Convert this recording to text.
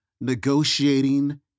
negotiating